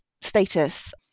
status